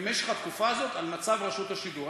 במשך התקופה הזאת על מצב רשות השידור.